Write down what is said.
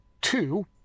two